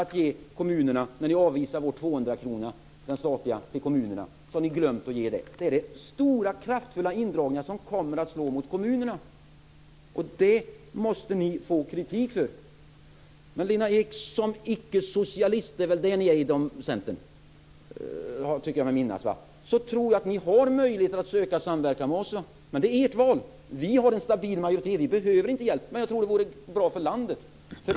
Ni glömmer kommunerna när ni avvisar vår statliga 200-krona till kommunerna. Det blir stora och kraftfulla indragningar som kommer att slå mot kommunerna. Det måste ni få kritik för. Som icke-socialister, för det är väl vad ni i Centern är - jag tycker mig minnas det - tror jag, Lena Ek, att ni har möjligheter att söka samverkan med oss men det är ert val. Vi har en stabil majoritet och behöver inte hjälp men jag tror att en samverkan vore bra för landet.